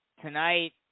tonight